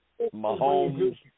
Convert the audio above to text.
Mahomes